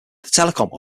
telecom